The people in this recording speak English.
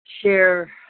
share